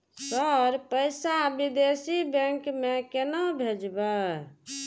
Sir पैसा विदेशी bank में केना भेजबे?